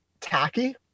tacky